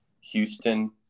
Houston